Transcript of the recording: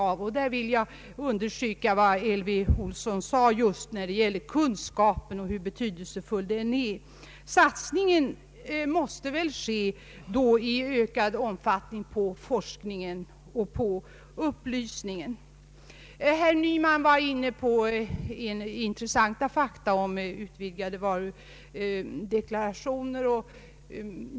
På den punkten vill jag understryka vad fru Elvy Olsson sade just om nödvändigheten av kunskap på detta område. Satsning måste väl då i ökad utsträckning ske på forskning och upplysning. Herr Nyman delgav oss intressanta fakta om utvidgade varudeklarationer.